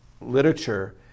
literature